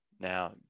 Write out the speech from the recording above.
Now